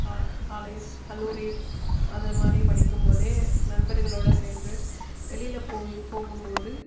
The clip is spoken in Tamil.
கால் காலேஜ் கல்லூரி அத மாதிரி படிக்கும்போதே நண்பர்களோட சேர்ந்து வெளியில போய் போகும்போது